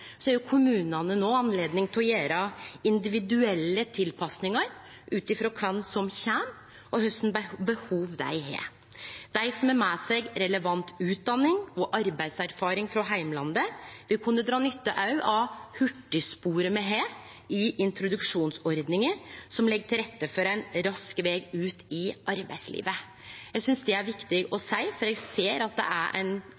har kommunane no anledning til å gjere individuelle tilpassingar ut frå kven som kjem og kva behov dei har. Dei som har med seg relevant utdanning og arbeidserfaring frå heimlandet, vil kunne dra nytte av hurtigsporet me har i introduksjonsordninga, som legg til rette for ein rask veg ut i arbeidslivet. Eg synest det er viktig å seie, for eg ser det er ein